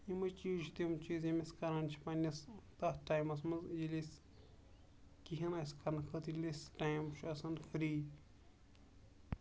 یِمَے چیٖز چھِ تِم چیٖز یِم أسۍ کَران چھِ پنٛنِس تَتھ ٹایمَس منٛز ییٚلہِ أسۍ کِہیٖنۍ آسہِ کَرنہٕ خٲطرٕ ییٚلہِ اَسہِ ٹایم چھُ آسان فِرٛی